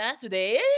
today